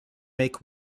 make